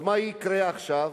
מה יקרה עכשיו?